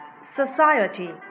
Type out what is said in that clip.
Society